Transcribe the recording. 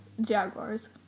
Jaguars